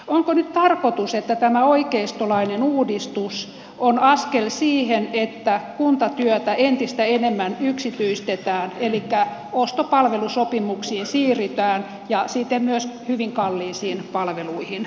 onko nyt tarkoitus että tämä oikeistolainen uudistus on askel siihen että kuntatyötä entistä enemmän yksityistetään elikkä ostopalvelusopimuksiin siirrytään ja siten myös hyvin kalliisiin palveluihin